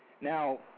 Now